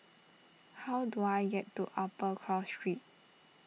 how do I get to Upper Cross Street